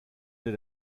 des